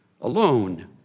alone